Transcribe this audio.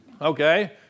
Okay